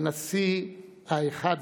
הנשיא האחד-עשר,